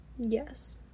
Yes